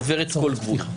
עוברת כל גבול.